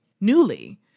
Newly